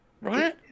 right